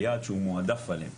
כייעד שהוא מועדף עליהם